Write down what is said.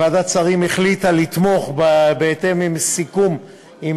ועדת השרים החליטה לתמוך, בסיכום עם